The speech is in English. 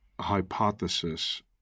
hypothesis